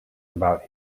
about